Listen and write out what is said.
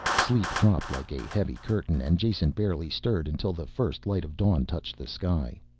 sleep dropped like a heavy curtain and jason barely stirred until the first light of dawn touched the sky.